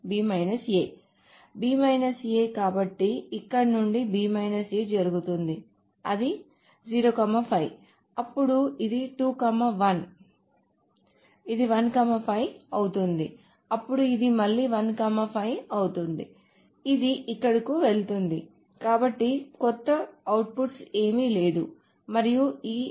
B A కాబట్టి ఇది ఇక్కడ నుండి జరుగుతుంది అది 0 5 అప్పుడు ఇది 2 1 ఇది 1 5 అవుతుంది అప్పుడు ఇది మళ్ళీ 1 5 అవుతుంది ఇది ఇక్కడకు వెళుతుంది కాబట్టి కొత్త అవుట్పుట్ ఏమీ లేదు మరియు ఈ అవుట్పుట్ 2 8